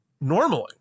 normally